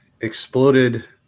exploded